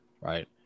right